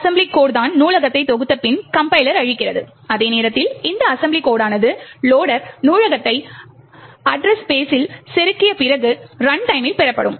எனவே இந்த assembly code தான் நூலகத்தைத் தொகுத்தபின் கம்பைலர் அளிக்கிறது அதே நேரத்தில் இந்தஅசெம்பிளி கோட்டானது லொடர் நூலகத்தை அட்ரஸ் ஸ்பெஸில் செருகிய பிறகு ரன் டைம்மில் பெறப்படும்